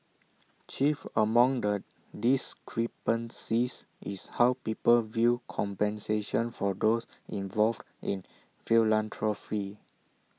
chief among the discrepancies is how people view compensation for those involved in philanthropy